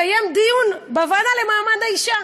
מלקיים דיון בוועדה לקידום מעמד האישה.